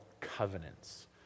covenants